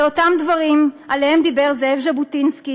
אלה אותם דברים שעליהם דיבר זאב ז'בוטינסקי